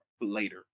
later